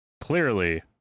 clearly